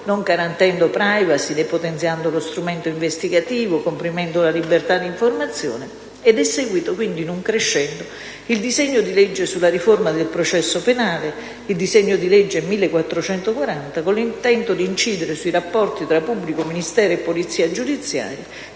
(non garantendo la *privacy*, depotenziando lo strumento investigativo e comprimendo la libertà di informazione). Ed è seguito, quindi, in un crescendo, il disegno di legge sulla riforma del processo penale, il disegno di legge n. 1440, con l'intento di incidere sui rapporti tra pubblico ministero e polizia giudiziaria,